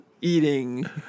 eating